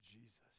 Jesus